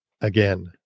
again